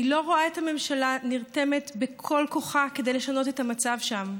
אני לא רואה את הממשלה נרתמת בכל כוחה לשנות את המצב שם.